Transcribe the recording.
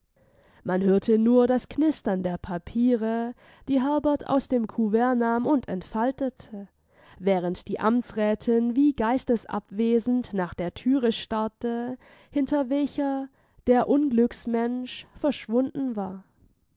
man hörte nur das knistern der papiere die herbert aus dem kouvert nahm und entfaltete während die amtsrätin wie geistesabwesend nach der thüre starrte hinter welcher der unglücksmensch verschwunden war